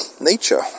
Nature